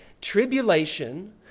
tribulation